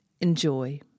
Enjoy